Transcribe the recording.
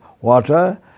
water